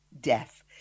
death